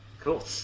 cool